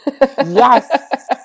Yes